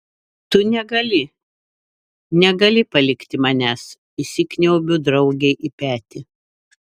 tu negali negali palikti manęs įsikniaubiu draugei į petį